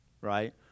right